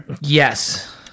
Yes